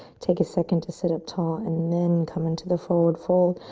take a second to sit up tall and then come into the forward fold.